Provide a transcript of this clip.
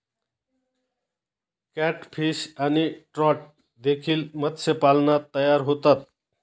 catfish आणि trout देखील मत्स्यपालनात तयार होतात